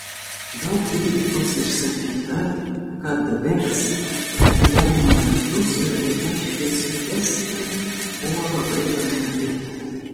daug kritikos išsakyta kad veks atidarymo metu surengta šviesų fiesta buvo labai brangi